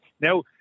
Now